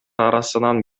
арасынан